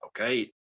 okay